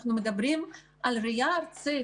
אנחנו מדברים על ראייה ארצית